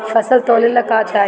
फसल तौले ला का चाही?